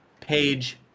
page